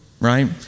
right